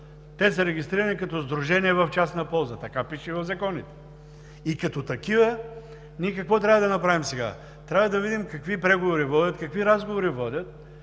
Те са регистрирани като сдружения в частна полза – така пише в Закона, и като такива ние какво трябва да направим сега – трябва да видим какви преговори водят, какви разговори водят,